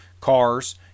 Cars